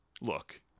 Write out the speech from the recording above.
look